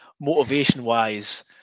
Motivation-wise